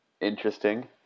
interesting